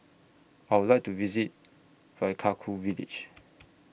I Would like to visit Vaiaku Village